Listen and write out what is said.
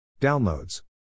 Downloads